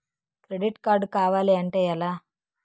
Credit card కావాలి అంటే ఎలా?